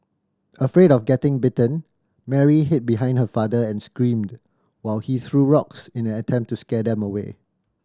afraid of getting bitten Mary hid behind her father and screamed while he threw rocks in an attempt to scare them away